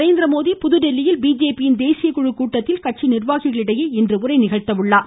நரேந்திரமோடி புதுதில்லியில் பிஜேபியின் தேசிய குழு கூட்டத்தில் கட்சி நிர்வாகிகளுடன் இன்று உரையாற்றுகிறார்